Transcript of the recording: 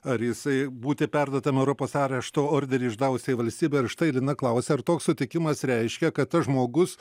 ar jisai būti perduotam europos arešto orderį išdavusiai valstybei ir štai lina klausia ar toks sutikimas reiškia kad tas žmogus